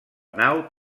nau